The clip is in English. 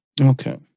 okay